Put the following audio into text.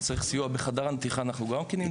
אם צריך סיוע בחדר הנתיחה אנחנו גם כן נמצאים.